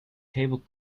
cable